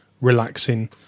relaxing